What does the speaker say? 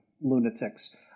lunatics